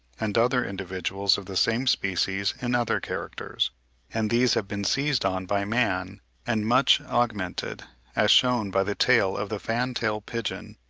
and other individuals of the same species in other characters and these have been seized on by man and much augmented as shewn by the tail of the fantail-pigeon,